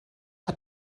hat